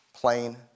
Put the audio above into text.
plain